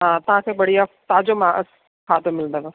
हा तव्हांखे बढ़िआ ताज़ो मां खाधो मिलंदव